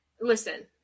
listen